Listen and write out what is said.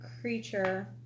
creature